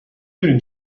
دونین